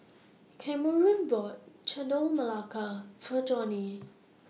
Kameron bought Chendol Melaka For Johnie